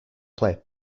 play